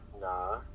nah